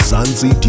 Zanzi